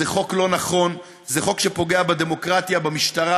זה חוק לא נכון, זה חוק שפוגע בדמוקרטיה, במשטרה,